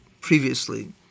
previously